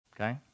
Okay